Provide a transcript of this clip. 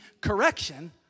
correction